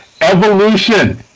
Evolution